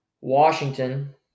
Washington